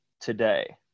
today